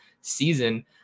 season